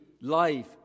life